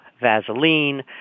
Vaseline